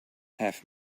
have